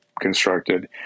constructed